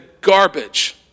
garbage